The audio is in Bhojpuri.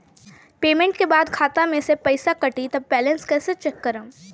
पेमेंट के बाद खाता मे से पैसा कटी त बैलेंस कैसे चेक करेम?